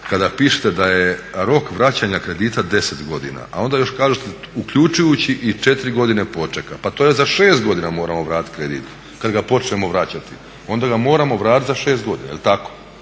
kada pišete da je rok vraćanja kredita 10 godina, a onda još kažete uključujući i 4 godine počeka, pa to za 6 godina moramo vratiti kredit kada ga počnemo vraćati onda ga moramo vratiti za 6 godina, jel tako?